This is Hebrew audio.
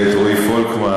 ואת רועי פולקמן,